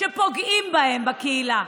שפוגעים בהם בקהילה,